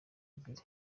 ebyiri